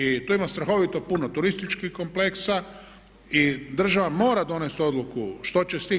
I tu ima strahovito puno turističkih kompleksa i država mora donijeti odluku što će s time.